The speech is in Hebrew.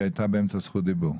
שהייתה באמצע זכות הדיבור.